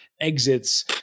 exits